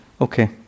Okay